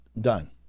Done